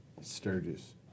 Sturgis